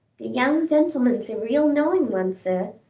the young gentleman's a real knowing one, sir.